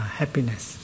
happiness